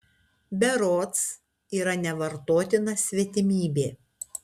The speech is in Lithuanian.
berods yra nevartotina svetimybė